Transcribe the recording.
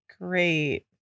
great